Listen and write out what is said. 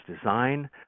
design